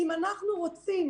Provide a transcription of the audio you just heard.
אם אנחנו רוצים,